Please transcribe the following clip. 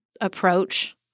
approach